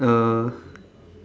uh